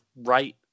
right